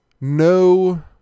no